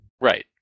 right